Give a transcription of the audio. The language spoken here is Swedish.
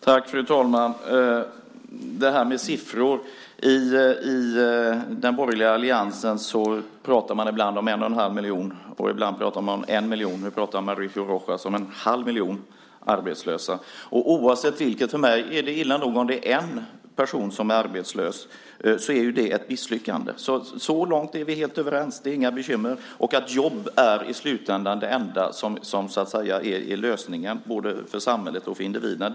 Fru talman! Det var detta med siffror. I den borgerliga alliansen pratar man ibland om en och en halv miljon. Ibland pratar man om en miljon. Nu pratar Mauricio Rojas om en halv miljon arbetslösa. Oavsett vilket för mig, är det illa nog och ett misslyckande om en person är arbetslös. Så långt är vi helt överens. Det är inga bekymmer. Jobb är i slutändan det enda som är lösningen, både för samhället och för individen.